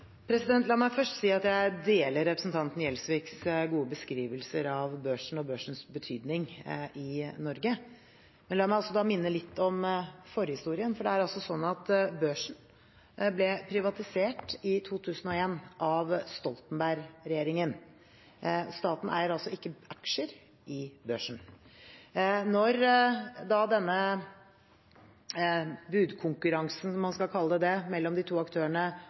La meg først si at jeg deler representanten Gjelsviks gode beskrivelser av børsen og børsens betydning i Norge, men la meg minne litt om forhistorien. Børsen ble privatisert i 2001 av Stoltenberg-regjeringen. Staten eier ikke aksjer i børsen. Da denne budkonkurransen, om man skal kalle det det, mellom de to aktørene